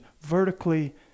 vertically